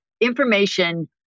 information